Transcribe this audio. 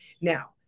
Now